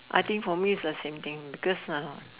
I think for me is the same thing because uh